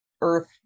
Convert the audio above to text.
earth